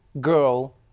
girl